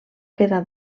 quedar